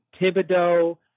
Thibodeau